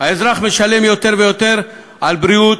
האזרח משלם יותר ויותר על בריאות,